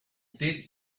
did